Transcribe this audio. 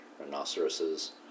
rhinoceroses